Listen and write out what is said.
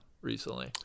recently